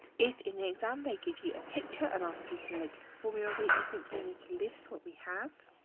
if, in the exam, they give you a picture and ask you to label the formula of it, you simply need to list what we have.